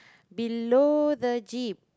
below the jeep